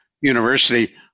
University